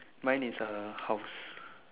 mine is a house